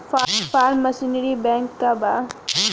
Form machinery bank का बा?